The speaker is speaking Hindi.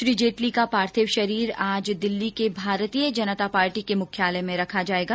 श्री जेटली का पार्थिव शरीर आज दिल्ली के भारतीय जनता पार्टी के मुख्यालय में रखा जाएगा